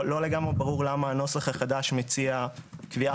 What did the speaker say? לא לגמרי ברור למה הנוסח החדש מציע קביעה